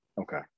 Okay